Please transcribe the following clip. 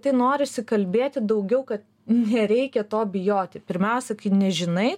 tai norisi kalbėti daugiau kad nereikia to bijoti pirmiausia kai nežinai